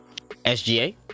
SGA